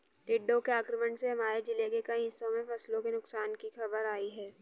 टिड्डों के आक्रमण से हमारे जिले के कई हिस्सों में फसलों के नुकसान की खबर आई है